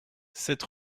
sept